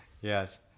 Yes